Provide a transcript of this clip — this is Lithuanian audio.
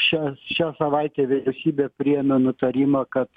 šią šią savaitę vyriausybė priėmė nutarimą kad